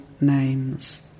names